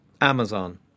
Amazon